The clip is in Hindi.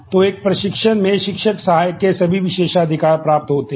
तो एक प्रशिक्षक में शिक्षण सहायक के सभी विशेषाधिकार प्राप्त होते हैं